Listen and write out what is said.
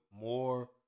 more